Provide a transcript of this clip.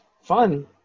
Fun